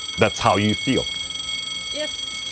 that's how you feel yes,